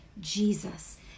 Jesus